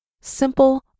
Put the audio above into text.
simple